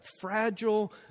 Fragile